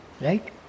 Right